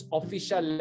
official